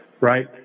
right